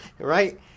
Right